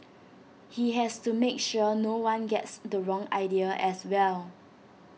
he has to make sure no one gets the wrong idea as well